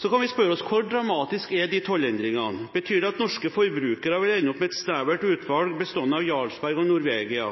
Så kan vi spørre oss: Hvor dramatisk er tollendringene? Betyr det at norske forbrukere vil ende opp med et snevert utvalg ost bestående av Jarlsberg og Norvegia?